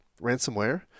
ransomware